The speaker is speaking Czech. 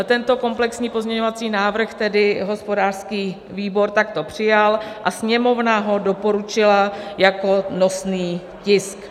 Tento komplexní pozměňovací návrh tedy hospodářský výbor takto přijal a Sněmovna ho doporučila jako nosný tisk.